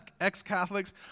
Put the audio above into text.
ex-Catholics